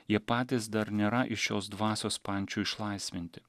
jie patys dar nėra iš šios dvasios pančių išlaisvinti